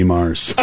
Mars